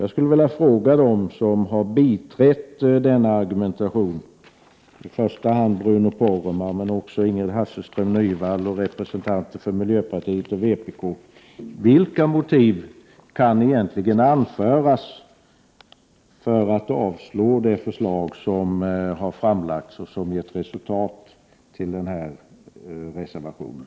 Jag skulle vilja fråga dem som har biträtt detta argument, i första hand Bruno Poromaa, men också Ingrid Hasselström Nyvall och representanter för miljöpartiet och vpk, vilka motiv som egentligen kan anföras för att avstyrka det förslag som har lagts fram, vilket sedermera resulterat i denna reservation.